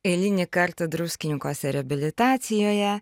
eilinį kartą druskininkuose reabilitacijoje